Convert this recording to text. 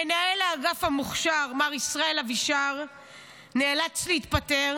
מנהל האגף המוכשר מר ישראל אבישר נאלץ להתפטר.